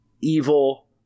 evil